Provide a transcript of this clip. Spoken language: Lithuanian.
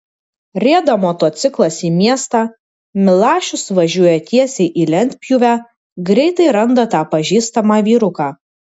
rieda motociklas į miestą milašius važiuoja tiesiai į lentpjūvę greitai randa tą pažįstamą vyruką